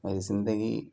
میری زندگی